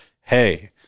hey